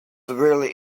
severely